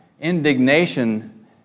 Indignation